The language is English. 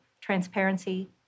transparency